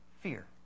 fear